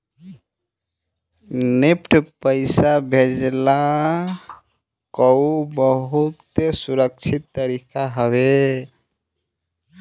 NEFT पईसा भेजला कअ बहुते सुरक्षित तरीका हवे